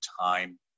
time